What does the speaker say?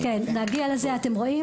ניגע גם בפעילות מוקד 105 של המטה הלאומי.